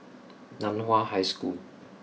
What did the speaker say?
Nan Hua High School